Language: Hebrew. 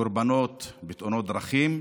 קורבנות בתאונות דרכים,